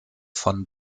von